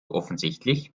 offensichtlich